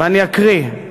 ואני אקריא,